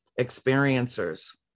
experiencers